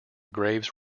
graves